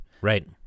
Right